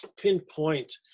pinpoint